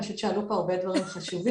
אני חושבת שעלו פה הרבה דברים חשובים,